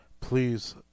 please